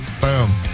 Boom